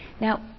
Now